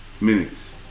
minutes